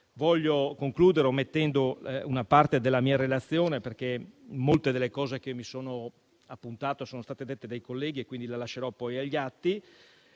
Voglio concludere omettendo una parte della mia relazione, perché molte delle cose che mi sono appuntato sono state dette dai colleghi e quindi la lascerò agli atti,